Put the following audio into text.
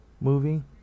movie